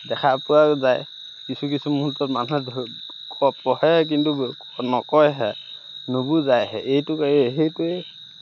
দেখা পোৱা যায় কিছু কিছু মুহূৰ্তত মানুহে পঢ়ে কিন্তু নকয়হে নুবুজাইহে এইটো সেইটোৱে